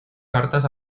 cartas